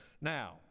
Now